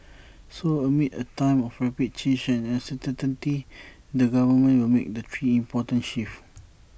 so amid A time of rapid change and uncertainty the government will make the three important shifts